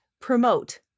promote